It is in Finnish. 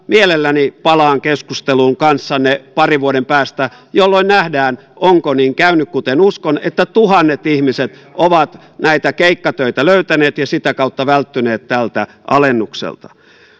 mielelläni palaan keskusteluun kanssanne parin vuoden päästä jolloin nähdään onko niin käynyt kuten uskon että tuhannet ihmiset ovat näitä keikkatöitä löytäneet ja sitä kautta välttyneet tältä alennukselta